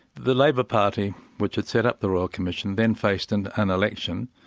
the labour party which had set up the royal commission then faced and an election.